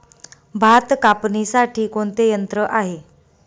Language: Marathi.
भात कापणीसाठी कोणते यंत्र आहे?